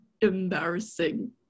embarrassing